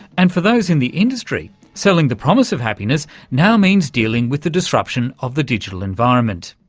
and for those in the industry, selling the promise of happiness now means dealing with the disruption of the digital environment,